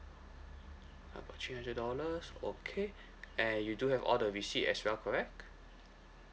about three hundred dollars okay and you do have all the receipt as well correct